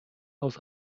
aus